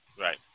Right